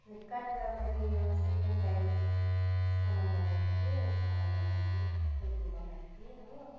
फ्लिपकार्टबाट मैले यो सेकेन्ड टाइम सामान मगाएको थिएँ सामान भन्दा पनि कुर्ती मगाएको थिएँ हो